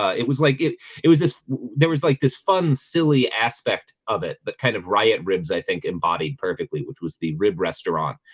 it was like it it was this there was like this fun silly aspect of it kind of riot ribs i think embodied perfectly which was the rib restaurant